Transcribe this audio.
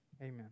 amen